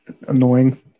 annoying